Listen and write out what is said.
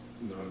no